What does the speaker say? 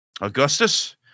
Augustus